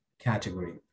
category